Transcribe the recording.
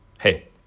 hey